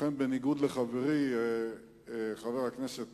לכן, בניגוד לחברי חבר הכנסת